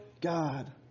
God